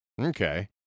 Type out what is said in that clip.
Okay